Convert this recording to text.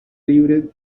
libre